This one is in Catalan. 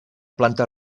planta